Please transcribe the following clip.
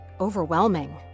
overwhelming